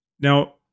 Now